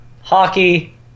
hockey